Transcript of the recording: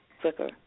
quicker